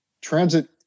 transit